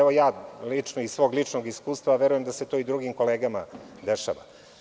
Ovo je moje lično iskustvo, a verujem da se to i drugim kolegama dešava.